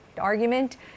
argument